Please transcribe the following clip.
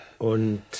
Und